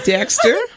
Dexter